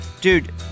Dude